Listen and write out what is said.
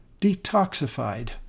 detoxified